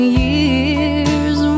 years